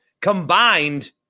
Combined